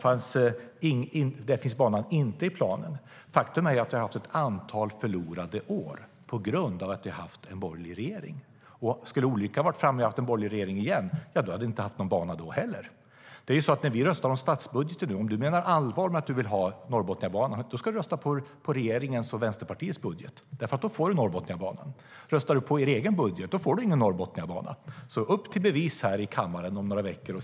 Banan fanns inte i planen. Faktum är att det har varit ett antal förlorade år på grund av att vi har haft en borgerlig regering. Skulle olyckan ha varit framme så att vi hade fått en borgerlig regering igen, ja, då hade vi inte haft någon bana nu heller. Om du, Helena Lindahl, menar allvar med att du vill ha Norrbotniabanan ska du rösta på regeringens och Vänsterpartiets budget. Då får du Norrbotniabanan. Röstar du på er egen budget får du ingen Norrbotniabana. Upp till bevis här i kammaren om några veckor!